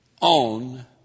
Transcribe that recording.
on